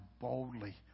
boldly